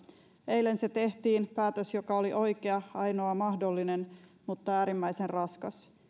eilen se tehtiin päätös joka oli oikea ainoa mahdollinen mutta äärimmäisen raskas